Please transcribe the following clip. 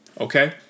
okay